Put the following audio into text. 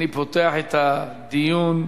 אני פותח את הדיון.